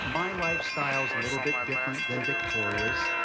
my lifestyle's a little bit different than victoria's.